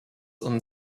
und